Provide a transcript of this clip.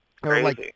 Crazy